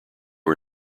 are